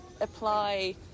apply